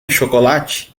chocolate